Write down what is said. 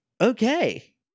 Okay